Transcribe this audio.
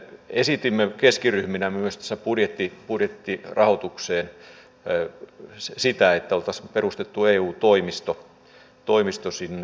esitimme keskiryhminä myös budjettirahoitukseen sitä että olisi perustettu eu toimisto sinne